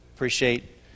appreciate